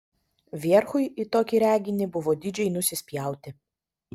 vierchui į tokį reginį buvo didžiai nusispjauti